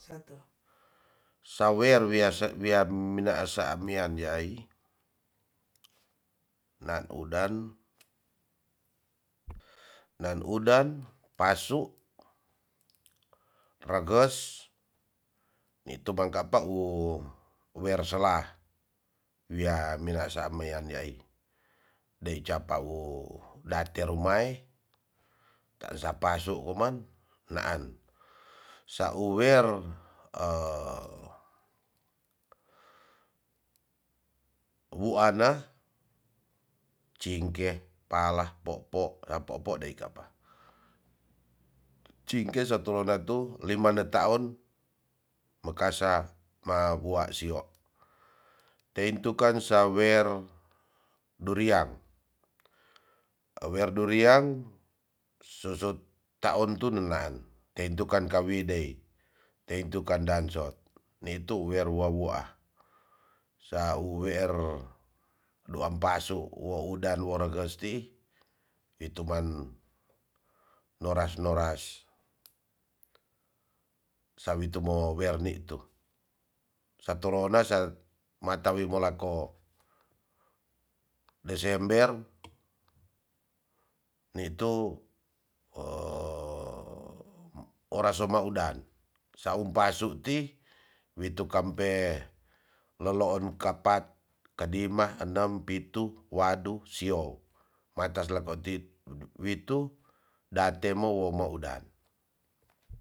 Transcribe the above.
Sawer wia minaasa amian yaai na udan nan udan pasu reges nitu bangkapa u uwer sela wia minaasa wian yaai dei capa wo date rumae tansa pasu koman naan sauwer wuana, cingke, pala, popi a popo deika pa. cingke satorona tu lima netaon mekasa ma woa sio teintu kan sawer duriang. sawer duriang susut taon tu nenan teintu kan kawidei teintu kan dansot nitu wer wau a sauwer duampasu wo udan wo ragesti itu man noras noeras sawi tumo wer nitu satorona sa mata wi molako desember nitu o oraso ma udan saum pasu ti witu kampe leloon kapat, kadima, enem, pitu. wadu. sio. matas lako tit witu date mo wo ma udan